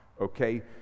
okay